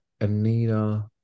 Anita